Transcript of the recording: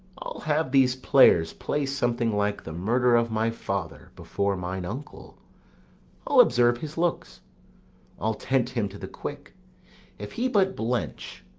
i'll have these players play something like the murder of my father before mine uncle i'll observe his looks i'll tent him to the quick if he but blench,